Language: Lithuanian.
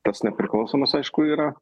tas nepriklausomas aišku yra